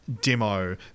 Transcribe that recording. Demo